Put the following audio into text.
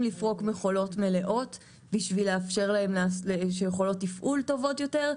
לפרוק מכולות מלאות בשביל יכולות תפעול טובות יותר,